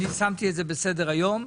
אני שמתי את זה בסדר היום.